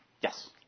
Yes